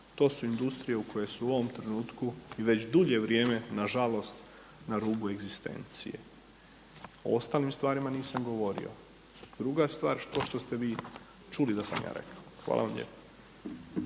To su industrije u koje su u ovom trenutku i već dulje vrijeme na žalost na rubu egzistencije. O ostalim stvarima nisam govorio. Druga stvar je to što ste vi čuli da sam ja rekao. Hvala vam lijepa.